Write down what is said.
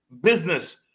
business